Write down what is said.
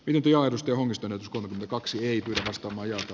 pidempi oudosti omistaneet kaksi virastoma jos